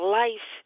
life